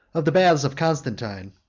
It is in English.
of the baths of constantine,